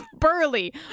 Burly